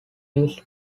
used